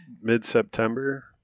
mid-September